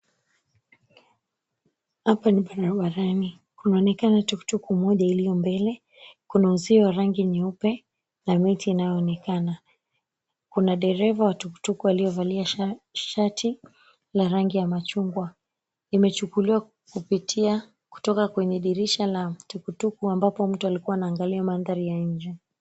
Hapa ni barabarani, kunaonekana tuktuk moja iliyo mbele. Kuna uzio wa rangi nyeupe na miti inayoonekana. Kuna dereva wa tuktuk aliyevalia shati la rangi ya machungwa imechukuliwa kupitia kutoka kwenye dirisha la tuktuk ambapo mtu alikuwa anaangalia mandhari ya nje.